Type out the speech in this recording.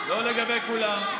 לא לגבי כולם,